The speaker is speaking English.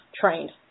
trained